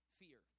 fear